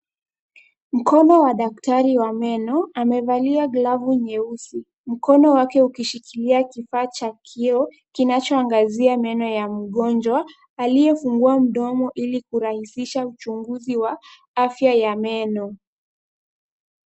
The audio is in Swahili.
Mkono wa daktari wa meno amevalia glovu nyeusi, mkono wake ukishikilia kifaa cha kioo kinachoangazia meno ya mgonjwa aliyefungua mdomo ili kurahisisha uchunguzi wa afya ya meno.